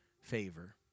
Favor